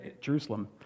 Jerusalem